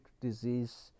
disease